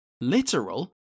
literal